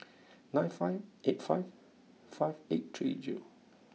nine five eight five five eight three zero